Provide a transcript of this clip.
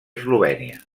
eslovènia